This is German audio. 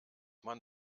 man